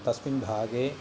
तस्मिन् भागे